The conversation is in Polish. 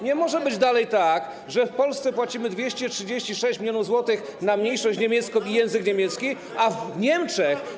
Nie może być dalej tak, że w Polsce płacimy 236 mln zł na mniejszość niemiecką i język niemiecki, a w Niemczech.